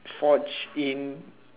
such in